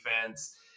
defense